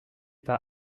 par